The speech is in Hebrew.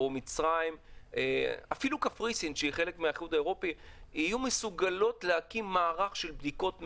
מצרים ואפילו קפריסין יהיו מסוגלות להקים מערך של בדיקות מהירות,